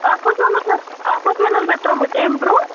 اَکھ اوس نہ حظ اَکھ اوس نہ حظ مےٚ ترومُت امہِ برۄنٛہہ